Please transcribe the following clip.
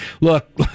Look